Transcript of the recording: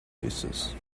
places